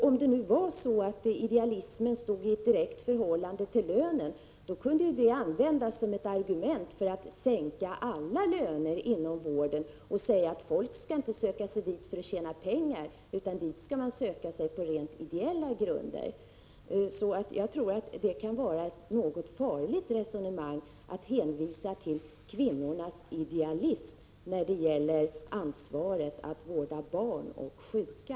Om det var så att idealismen stod i direkt förhållande till lönen, kunde det användas som ett argument för att sänka lönen inom vården. Man kunde säga: Folk skall inte söka sig till vården för att tjäna pengar, utan dit skall man söka sig på rent ideella grunder. Jag tror att det kan vara ett något farligt resonemang att hänvisa till kvinnornas idealism när det gäller ansvaret för vården av barn och sjuka.